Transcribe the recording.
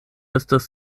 estas